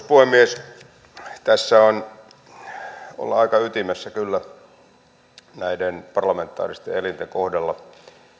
puhemies tässä ollaan kyllä aika ytimessä näiden parlamentaaristen elinten kohdalla